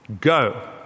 Go